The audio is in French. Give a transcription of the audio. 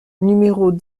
numéros